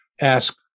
ask